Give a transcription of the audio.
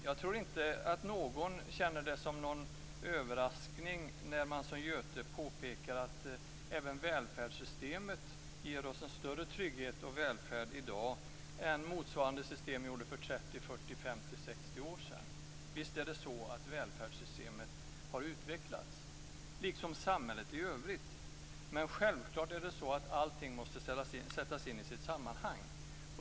Jag tror inte att någon anser att det är en överraskning när Göte Wahlström påpekar att välfärdssystemet i dag ger oss större trygghet och välfärd än motsvarande system gjorde för 30-60 år sedan. Visst har välfärdssystemet utvecklats, liksom samhället i övrigt. Men självklart måste allt sättas in i sitt sammanhang.